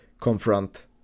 confront